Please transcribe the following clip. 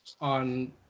on